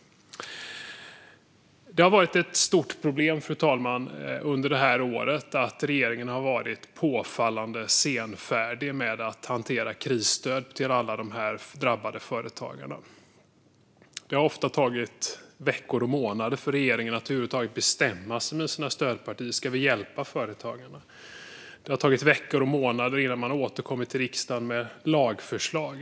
Det har varit ett stort problem under det här året att regeringen har varit påfallande senfärdig med att hantera krisstöd till alla de här drabbade företagarna. Det har ofta tagit veckor och månader för regeringen att över huvud taget bestämma med sina stödpartier om man ska hjälpa företagarna. Det har tagit veckor och månader innan man har återkommit till riksdagen med lagförslag.